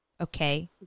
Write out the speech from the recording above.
Okay